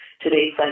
today's